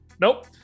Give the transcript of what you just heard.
Nope